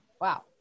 Wow